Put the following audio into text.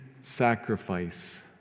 sacrifice